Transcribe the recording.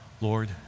Lord